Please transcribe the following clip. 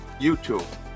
YouTube